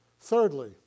thirdly